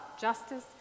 justice